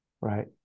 right